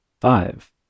five